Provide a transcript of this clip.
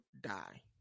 die